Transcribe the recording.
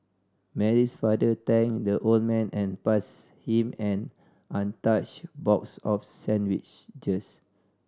Mary's father thanked the old man and pass him an untouched box of sandwiches